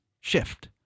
shift